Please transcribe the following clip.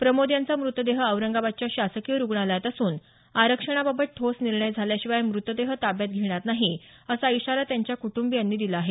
प्रमोद यांचा मृतदेह औरंगाबादच्या शासकीय रुग्णालयात असून आरक्षणा बाबत ठोस निर्णय झाल्या शिवाय मृतदेह ताब्यात घेणार नाही असा इशारा त्यांच्या क्टंबीयांनी दिला आहे